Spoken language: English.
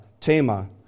Tema